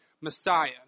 Messiah